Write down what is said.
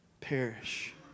perish